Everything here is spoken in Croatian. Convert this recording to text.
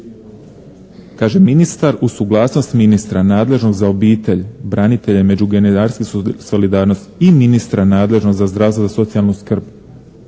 kaže: "Ministar u suglasnosti ministra nadležnog za obitelj, branitelje, međugeneracijsku solidarnost i ministra nadležnog za zdravstvo, za socijalnu skrb."